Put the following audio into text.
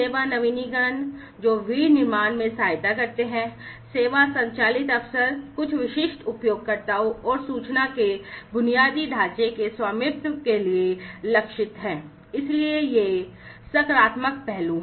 सेवा नवीनीकरण जो विनिर्माण में सहायता करते हैं सेवा संचालित अवसर कुछ विशिष्ट उपयोगकर्ताओं और सूचना के बुनियादी ढांचे के स्वामित्व के लिए लक्षित हैं इसलिए ये सकारात्मक पहलू हैं